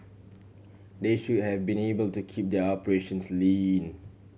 they should have been able to keep their operations lean